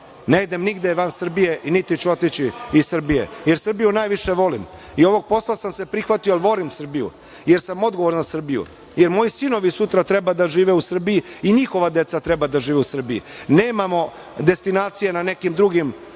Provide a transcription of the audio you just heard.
Ne idem nigde van Srbije, niti ću otići iz Srbije, jer Srbiju najviše volim. Ovog posla sam se prihvatio jer volim Srbiju, jer sam odgovoran za Srbiju, jer moji sinovi sutra treba da žive u Srbiji i njihova deca treba da žive u Srbiji. Nemamo destinacije na nekim drugim